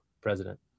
president